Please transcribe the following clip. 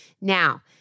Now